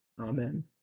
Amen